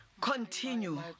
continue